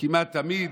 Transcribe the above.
כמעט תמיד,